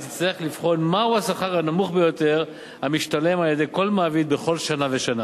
שתצטרך לבחון מהו השכר הנמוך ביותר המשתלם על-ידי כל מעביד בכל שנה ושנה